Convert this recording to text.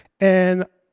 and,